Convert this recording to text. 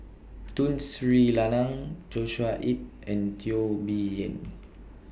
Tun Sri Lanang Joshua Ip and Teo Bee Yen